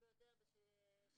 עטייה אל אעסם כמובן,